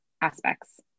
aspects